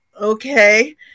okay